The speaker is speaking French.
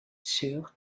sur